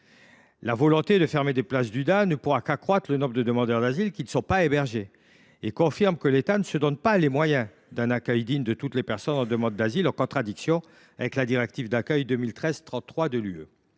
d’urgence pour demandeurs d’asile ne pourra qu’accroître le nombre de demandeurs d’asile qui ne sont pas hébergés ; cela confirme que l’État ne se donne pas les moyens d’un accueil digne de toutes les personnes en demande d’asile, en contradiction avec la directive d’accueil 2013/33 de l’Union